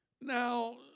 Now